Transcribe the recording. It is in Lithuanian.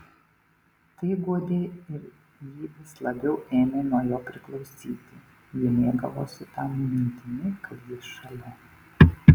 tai guodė ir ji vis labiau ėmė nuo jo priklausyti ji mėgavosi ta mintimi kad jis šalia